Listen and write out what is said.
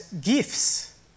gifts